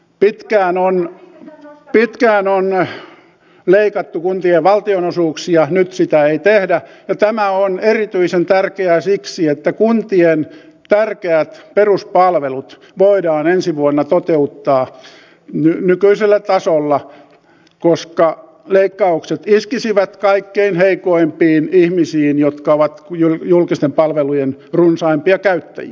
pitkään on leikattu kuntien valtionosuuksia nyt sitä ei tehdä ja tämä on erityisen tärkeää siksi että kuntien tärkeät peruspalvelut voidaan ensi vuonna toteuttaa nykyisellä tasolla koska leikkaukset iskisivät kaikkein heikoimpiin ihmisiin jotka ovat julkisten palvelujen runsaimpia käyttäjiä